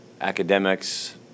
academics